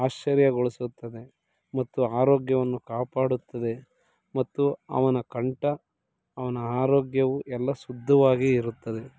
ಆಶ್ಚರ್ಯಗೊಳಿಸುತ್ತದೆ ಮತ್ತು ಆರೋಗ್ಯವನ್ನು ಕಾಪಾಡುತ್ತದೆ ಮತ್ತು ಅವನ ಕಂಠ ಅವನ ಆರೋಗ್ಯವು ಎಲ್ಲ ಶುದ್ಧವಾಗಿ ಇರುತ್ತದೆ